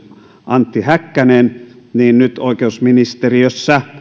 antti häkkänen niin nyt oikeusministeriössä